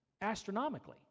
astronomically